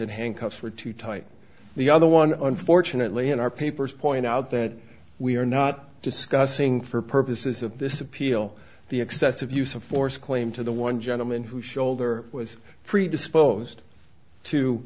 that handcuffs were too tight the other one unfortunately in our papers point out that we are not discussing for purposes of this appeal the excessive use of force claim to the one gentleman who shoulder was predisposed to